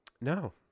No